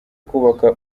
kubaka